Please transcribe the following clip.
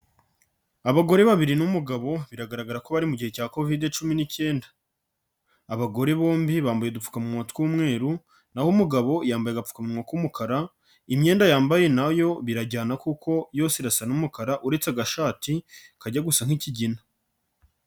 Abagore babiri n'umugabo biragaragara ko bari mu gihe cya Kovide cumi n'icyenda, abagore bombi bambaye udupfukamu tw'umweru, n'aho umugabo yambaye agapfukawa k'umukara, imyenda yambaye nayo birajyana kuko yose irasa n'umukara uretse agashati kajya gusa nk'ikigina.